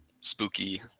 spooky